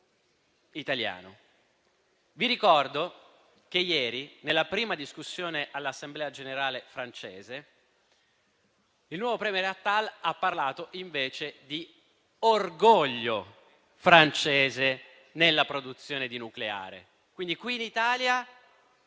italiano. Vi ricordo che ieri, nella prima discussione all'Assemblea nazionale francese, il nuovo *premier* Attal ha parlato invece di orgoglio francese nella produzione di nucleare. Qui in Italia